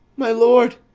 my lord!